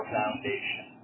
foundation